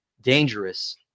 dangerous